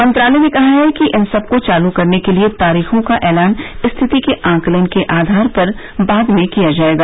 मंत्रालय ने कहा कि इन सबको चालू करने के लिए तारीखों का ऐलान स्थिति के आकलन के आधार पर बाद में किया जाएगा